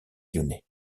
lyonnais